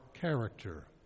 character